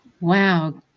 Wow